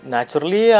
Naturally